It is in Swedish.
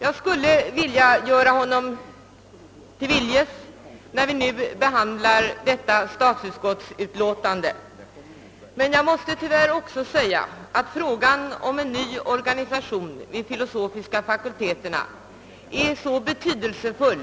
Jag skulle vilja göra honom till viljes när vi nu behandlar detta statsutskottsutlåtande, men frågan om en ny organisation vid de filosofiska fakulteterna är så betydelsefull